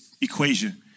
equation